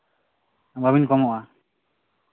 ᱵᱟᱵᱤᱱ ᱠᱚᱢᱚᱜᱼᱟ